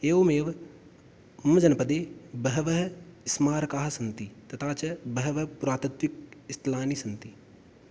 एवमेव मम जनपदे बहवः स्मारकाः सन्ति तथा च बहवः पुरातत्विकस्थलानि सन्ति